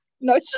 No